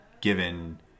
given